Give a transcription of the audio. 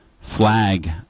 flag